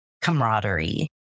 camaraderie